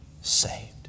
saved